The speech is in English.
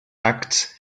act